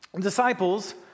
Disciples